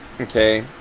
okay